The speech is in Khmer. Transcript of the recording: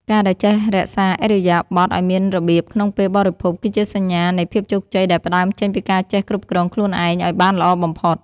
ការដែលចេះរក្សាឥរិយាបថឱ្យមានរបៀបក្នុងពេលបរិភោគគឺជាសញ្ញានៃភាពជោគជ័យដែលផ្តើមចេញពីការចេះគ្រប់គ្រងខ្លួនឯងឱ្យបានល្អបំផុត។